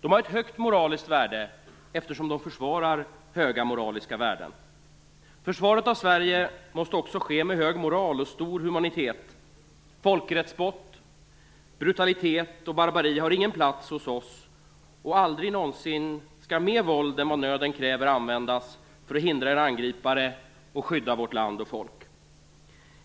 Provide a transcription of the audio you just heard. De har ett högt moraliskt värde, eftersom de försvarar höga moraliska värden. Försvaret av Sverige måste också ske med hög moral och stor humanitet. Folkrättsbrott, brutalitet och barbari har ingen plats hos oss, och aldrig någonsin skall mer våld än vad nöden kräver användas för att hindra en angripare och skydda vårt land och folk.